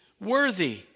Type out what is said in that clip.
worthy